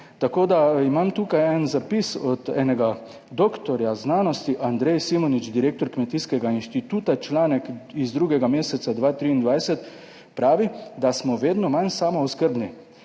nadzirati. Imam tukaj en zapis od enega doktorja znanosti Andrej Simonič, direktor Kmetijskega inštituta, članek iz drugega meseca 2023 pravi, da smo vedno manj samooskrbni.